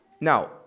Now